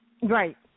Right